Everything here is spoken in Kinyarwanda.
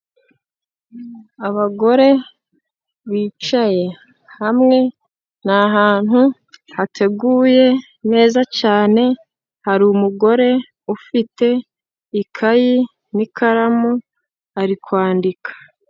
Abagore bicaye hamwe ni ahantu hateguye neza cyane hari umugore ufite ikayi n'ikaramu ari kwandika.